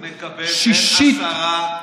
הם מקבלים בין 10%